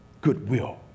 goodwill